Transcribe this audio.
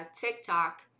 TikTok